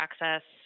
access